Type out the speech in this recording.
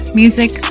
music